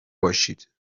باشید